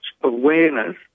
awareness